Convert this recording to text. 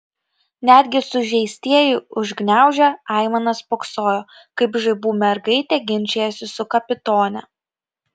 netgi sužeistieji užgniaužę aimanas spoksojo kaip žaibų mergaitė ginčijasi su kapitone